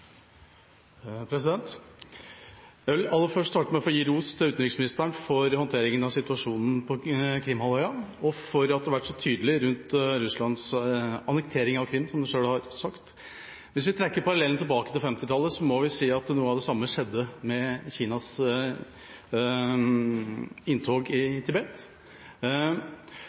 Jeg vil aller først starte med å gi ros til utenriksministeren for håndteringen av situasjonen på Krimhalvøya og for at han har vært så tydelig rundt Russlands annektering av Krim, som han selv har sagt. Hvis vi trekker parallellen tilbake til 1950-tallet, må vi si at noe av det samme skjedde med Kinas inntog i Tibet.